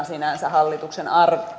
sinänsä minään hallituksen